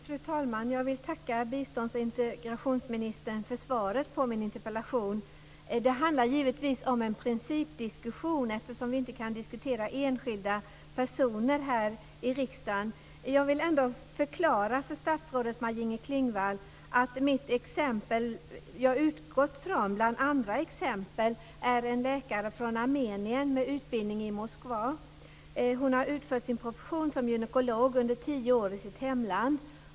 Fru talman! Jag vill tacka bistånds och integrationsministern för svaret på min interpellation. Det handlar givetvis om en principdiskussion eftersom vi inte kan diskutera enskilda personer i riksdagen. Jag vill ändå förklara för statsrådet Maj-Inger Klingvall att det exempel jag utgått ifrån är en läkare från Armenien med utbildning i Moskva. Hon har utfört sin profession som gynekolog under tio år i sitt hemland.